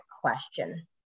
question